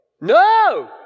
No